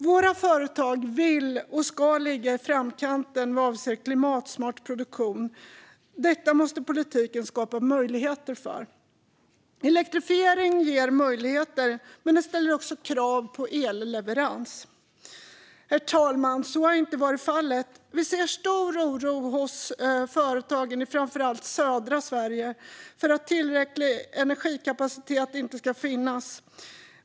Våra företag vill och ska ligga i framkant vad avser klimatsmart produktion. Detta måste politiken skapa möjligheter för. Elektrifieringen ger möjligheter, men den ställer också krav på elleverans. Så har inte varit fallet, herr talman. Vi ser stor oro hos företagen i framför allt södra Sverige över att tillräcklig energikapacitet inte ska finnas.